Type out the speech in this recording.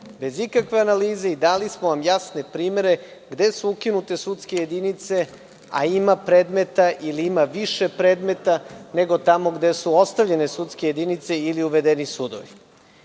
bez ikakve analize i dali smo vam jasne primere gde su ukinute sudske jedinice, a ima predmeta ili ima više predmeta nego tamo gde su ostavljene sudske jedinice ili uvedeni sudovi. Ne